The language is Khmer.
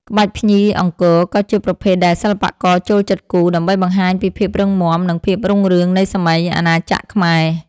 ក្បាច់ភ្ញីអង្គរ ក៏ជាប្រភេទដែលសិល្បករចូលចិត្តគូរ ដើម្បីបង្ហាញពីភាពរឹងមាំ និងភាពរុងរឿងនៃសម័យអាណាចក្រខ្មែរ។